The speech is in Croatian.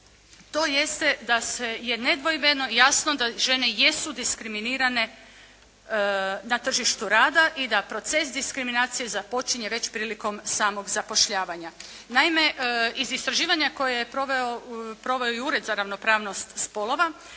to je ste da je nedvojbeno jasno da žene jesu diskriminirane na tržištu rada i da proces diskriminacije započinje već prilikom samog zapošljavanja. Naime iz istraživanja kojeg je proveo i Ured za ravnopravnost spolova